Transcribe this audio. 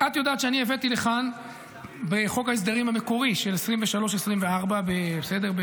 את יודעת שאני הבאתי לכאן בחוק ההסדרים המקורי של 2024-2023 במרץ,